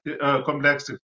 complex